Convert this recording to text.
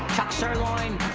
chuck sirloin,